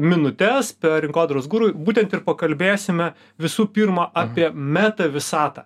minutes per rinkodaros guru būtent ir pakalbėsime visų pirma apie meta visatą